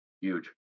Huge